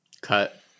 Cut